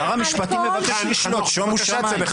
שר המשפטים מבקש לשלוט, שומו שמיים.